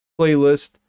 playlist